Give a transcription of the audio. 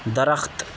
درخت